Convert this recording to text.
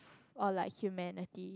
or like Humanity